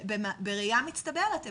בראייה מצטברת,